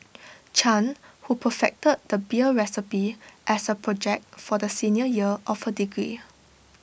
chan who perfected the beer recipe as A project for the senior year of her degree